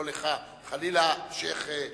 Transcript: לא לך, חלילה, שיח'